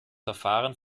verfahren